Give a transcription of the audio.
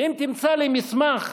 ואם תמצא לי מסמך